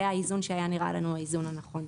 זה האיזון שהיה נראה לנו כאיזון הנכון.